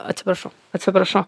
atsiprašau atsiprašau